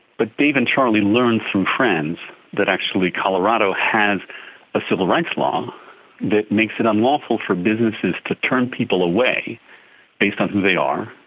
but dave and charlie learned through friends that actually colorado has a civil rights law that makes it unlawful for businesses to turn people away based on who they are,